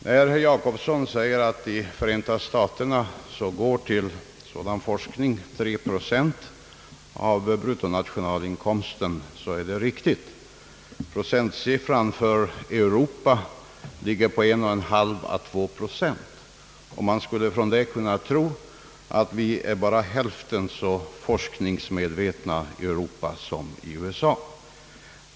När herr Jacobsson säger att 3 procent av bruttonationalprodukten i Förenta staterna går till sådan forskning så är det riktigt. Procentsiffran för Europa ligger på 1,5 å 2 procent, och man skulle då kunna tro att vi är bara hälften så forskningsmedvetna i Europa som man är i USA.